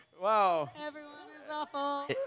Wow